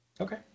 Okay